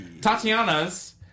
Tatiana's